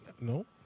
No